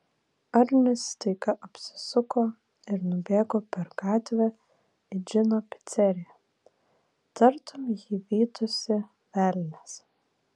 arnis staiga apsisuko ir nubėgo per gatvę į džino piceriją tartum jį vytųsi velnias